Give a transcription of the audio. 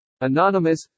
Anonymous